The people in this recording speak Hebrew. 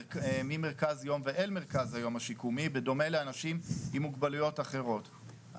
ממרכז יום ואל מרכז היום השיקומי בדומה לאנשים עם מוגבלויות אחרות.